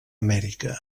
amèrica